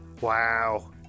wow